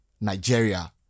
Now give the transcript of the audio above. Nigeria